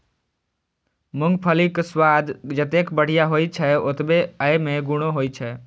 मूंगफलीक स्वाद जतेक बढ़िया होइ छै, ओतबे अय मे गुणो होइ छै